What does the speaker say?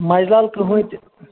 مجہِ لال کٕہنۍ تہِ